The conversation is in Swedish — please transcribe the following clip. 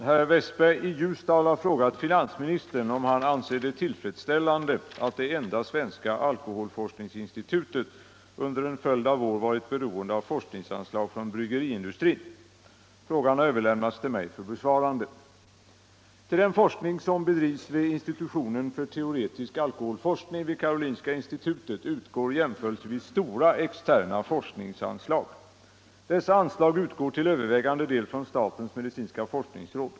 Herr Westberg i Ljusdal har frågat finansministern om han anser det tillfredsställande att det enda svenska alkoholforskningsinstitutet under en följd av år varit beroende av forskningsanslag från bryggeriindustrin. Frågan har överlämnats till mig för besvarande. Till den forskning som bedrivs vid institutionen för teoretisk alkoholforskning vid Karolinska institutet utgår jämförelsevis stora externa forskningsanslag. Dessa anslag utgår till övervägande del från statens medicinska forskningsråd.